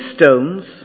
stones